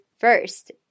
first